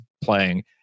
playing